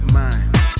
mind